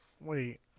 Wait